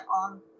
on